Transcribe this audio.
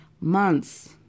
months